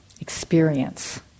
experience